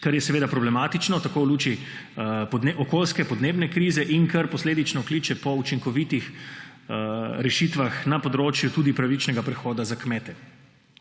kar je seveda problematično tako v luči okoljske, podnebne krize in kar posledično kliče po učinkovitih rešitvah na področju tudi pravičnega prehoda za kmete.